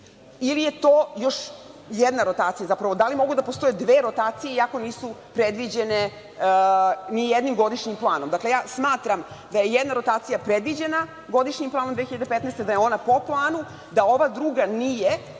ili je to još jedna rotacija? Zapravo, da li mogu da postoje dve rotacije, iako nisu predviđene ni jednim godišnjim planom? Smatram da je jedna rotacija predviđena godišnjim planom iz 2015. godine, da je ona po planu, a ova druga nije